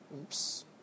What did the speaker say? oops